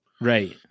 Right